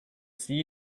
see